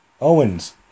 Owens